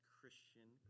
Christian